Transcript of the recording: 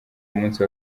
umunsi